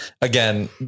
again